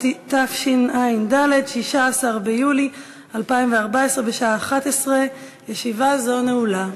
16 ביולי 2014, בשעה 11:00. ישיבה זו נעולה.